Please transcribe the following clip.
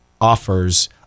offers